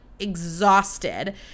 exhausted